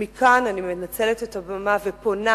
אני מנצלת את הבמה ופונה